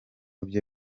bye